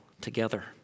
together